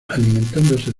alimentándose